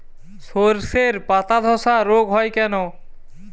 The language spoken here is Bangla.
শর্ষের পাতাধসা রোগ হয় কেন?